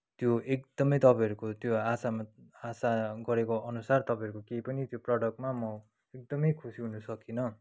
त्यो एकदमै तपाईँहरूको त्यो आशामा आशा परेको अनुसार तपाईँहरूको केही पनि प्रडक्टमा म एकदमै खुसी हुनसकिनँ